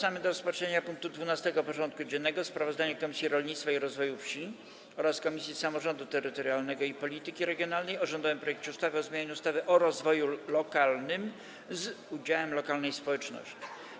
Powracamy do rozpatrzenia punktu 12. porządku dziennego: Sprawozdanie Komisji Rolnictwa i Rozwoju Wsi oraz Komisji Samorządu Terytorialnego i Polityki Regionalnej o rządowym projekcie ustawy o zmianie ustawy o rozwoju lokalnym z udziałem lokalnej społeczności.